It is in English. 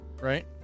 Right